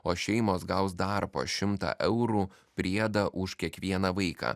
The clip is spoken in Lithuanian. o šeimos gaus dar po šimtą eurų priedą už kiekvieną vaiką